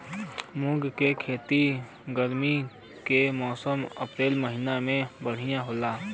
मुंग के खेती गर्मी के मौसम अप्रैल महीना में बढ़ियां होला?